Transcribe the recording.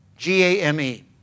G-A-M-E